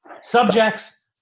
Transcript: subjects